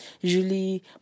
usually